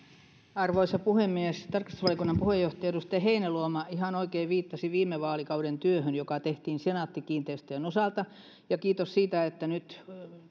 arvoisa puhemies tarkastusvaliokunnan puheenjohtaja edustaja heinäluoma ihan oikein viittasi viime vaalikauden työhön joka tehtiin senaatti kiinteistöjen osalta ja kiitos siitä että nyt